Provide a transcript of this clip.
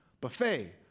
buffet